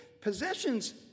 possessions